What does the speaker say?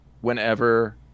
whenever